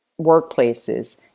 workplaces